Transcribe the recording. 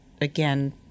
again